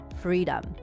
freedom